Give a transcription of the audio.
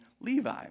Levi